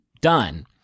done—